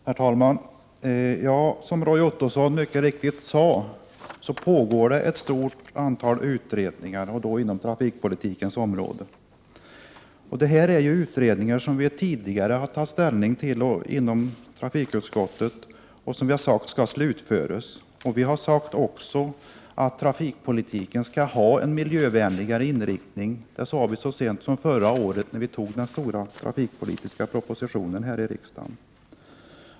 Herr talman! Som Roy Ottosson mycket riktigt sade pågår ett stort antal utredningar inom trafikpolitikens område. Detta är utredningar som vi tidigare har tagit ställning till inom trafikutskottet och som vi har sagt skall slutföras. Vi har också sagt att trafikpolitiken skall ha en miljövänligare inriktning. Det sade vi så sent som förra året, när vi antog den stora trafikpolitiska propositionen här i riksdagen.